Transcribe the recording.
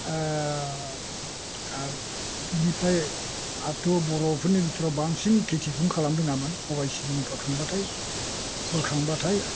बिनिफ्राय आरथ' बर'फोरनि बिथोराव बांसिन खेथिखौनो खालामनो रोङामोन सबाय सिबिं फोखांबाथाय बोखांबाथाय